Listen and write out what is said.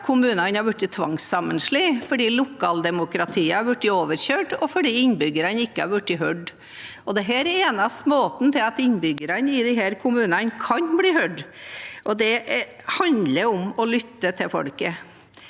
kommunene har blitt tvangssammenslått, fordi lokaldemokratiet har blitt overkjørt, og fordi innbyggerne ikke har blitt hørt. Dette er den eneste måten innbyggerne i disse kommunene kan bli hørt på, og det handler om å lytte til folket.